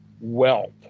wealth